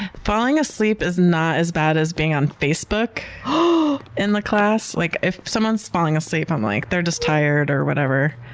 falling asleep is not as bad as being on facebook in the class. like if someone's falling asleep, i'm like, they're just tired or whatever.